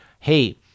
hey-